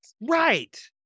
Right